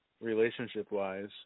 relationship-wise